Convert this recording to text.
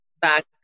back